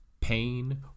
pain